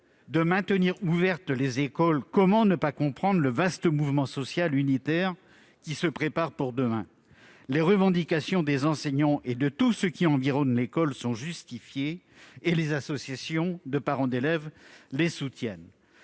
de maintenir ouvertes les écoles, comment ne pas comprendre le vaste mouvement social unitaire qui se prépare pour demain ? Les revendications des enseignants et de tous ceux qui environnent l'école sont justifiées, et les associations de parents d'élèves les soutiennent.